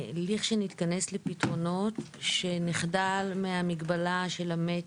נניח גם אם אני נותן מכפיל של שמונה או תשע ליזם,